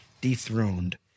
dethroned